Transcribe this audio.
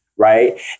Right